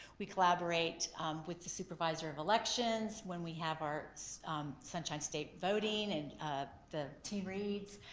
we collaborate with the supervisor of elections when we have our sunshine state voting and ah the teen reads.